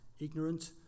Ignorant